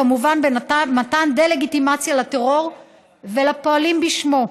וכמובן בדה-לגיטימציה לטרור ולפועלים בשמו.